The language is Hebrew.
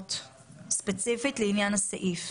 הערות ספציפית לעניין הסעיף.